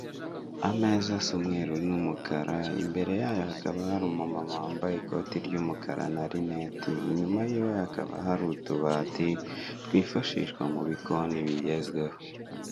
Ameza asa umweru n'umukara imbere yayo hakaba hari umumama wambaye ikoti ry'umukara na rinete inyuma yiwe hakaba hari utubati twifashishwa mu bikoni bigezweho.